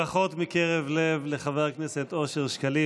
ברכות מקרב לב לחבר הכנסת אושר שקלים.